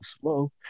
slow